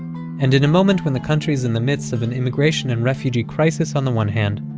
and in a moment when the country is in the midst of an immigration and refugee crisis on the one hand,